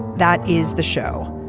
that is the show.